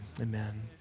amen